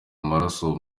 amaraso